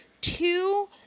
Two